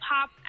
pop